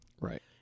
right